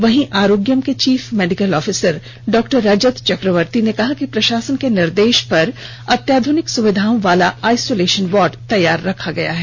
वहीं आरोग्यम के chief medical अफसर डॉ रजत चक्रवर्ती ने कहा कि प्रशासन के निर्देश पर अत्याधुनिक सुविधाओं वाला आइसोलेशन वार्ड तैयार किया गया है